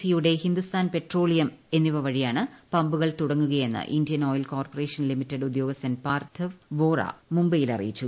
C യുടെ Hindustan petroleum എന്നിവ വഴിയാണ് പമ്പുകൾ തുടങ്ങുകയെന്ന് ഇന്ത്യൻ ഓയിൽ കോർപ്പറേഷൻ ലിമിറ്റഡ് ഉദ്യോഗസ്ഥൻ പാർത്ഥ് വോറ മുംബൈയിൽ അറിയിച്ചു